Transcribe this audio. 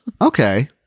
okay